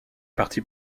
parti